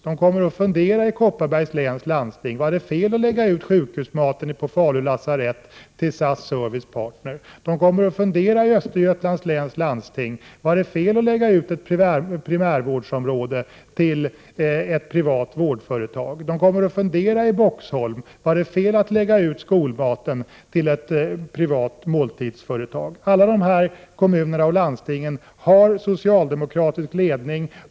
De kommer att fundera i Kopparbergs läns landsting: Var det fel att lägga ut sjukhusmaten på Falu lasarett till SAS Service Partner? De kommer att fundera i Östergötlands läns landsting: Var det fel att lägga ut ett primärvårdsområde till ett privat vårdföretag? De kommer att fundera i Boxholm: Var det fel att lägga ut skolmaten till ett privat måltidsföretag? — Alla dessa kommuner och landsting har socialdemokratisk ledning.